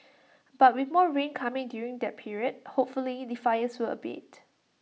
but with more rain coming during that period hopefully the fires will abate